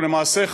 ולמעשה,